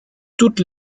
toutes